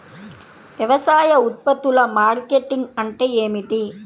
వ్యవసాయ ఉత్పత్తుల మార్కెటింగ్ అంటే ఏమిటి?